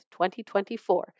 2024